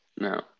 No